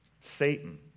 Satan